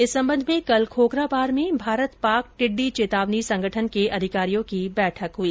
इस संबंध में कल खोखरापार में भारत पाक टिड़डी चेतावनी संगठन के अधिकारियों की बैठक हई